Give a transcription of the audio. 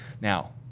Now